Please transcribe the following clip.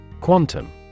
Quantum